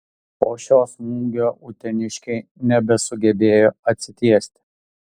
po šio smūgio uteniškiai nebesugebėjo atsitiesti